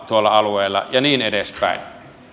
tuolla alueella ja niin edespäin